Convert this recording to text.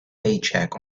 paycheck